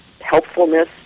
helpfulness